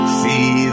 see